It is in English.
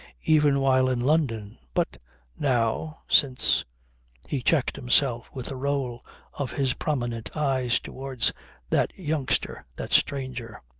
even while in london, but now, since he checked himself with a roll of his prominent eyes towards that youngster, that stranger.